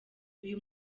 uyu